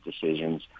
decisions